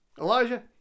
Elijah